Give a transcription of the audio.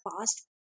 past